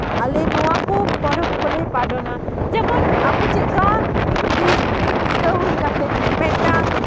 ᱟᱞᱮ ᱱᱚᱣᱟ ᱠᱚ ᱯᱚᱨᱚᱵᱽ ᱠᱚᱞᱮ ᱯᱟᱞᱚᱱᱟ ᱡᱮᱢᱚᱱ ᱟᱵᱚ ᱪᱮᱫᱠᱟ ᱤᱧ ᱵᱤ ᱤᱧ ᱢᱩᱰᱟᱹ ᱦᱩᱭ ᱠᱟᱛᱮᱜ ᱢᱮᱫᱴᱟᱝ